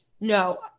No